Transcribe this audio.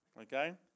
Okay